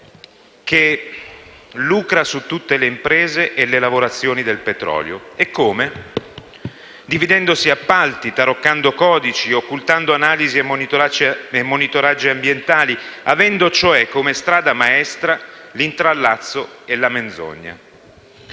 che lucra su tutte le imprese e le lavorazioni del petrolio. E come? Dividendosi appalti, taroccando codici, occultando analisi e monitoraggi ambientali, avendo cioè, come strada maestra, l'intrallazzo e la menzogna.